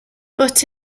but